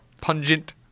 Pungent